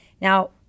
Now